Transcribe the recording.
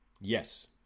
Yes